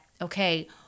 okay